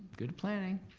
good planning,